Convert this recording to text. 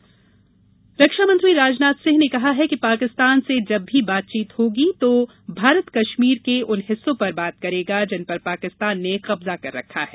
राजनाथ रक्षा मंत्री राजनाथ सिंह ने कहा है कि पाकिस्तान से जब भी बातचीत होगी तो भारत कश्मीर के उन हिस्सों पर बात करेगा जिन पर पाकिस्तान ने कब्जा कर रखा है